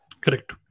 Correct